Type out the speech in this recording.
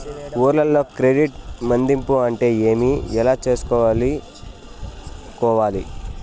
ఊర్లలో క్రెడిట్ మధింపు అంటే ఏమి? ఎలా చేసుకోవాలి కోవాలి?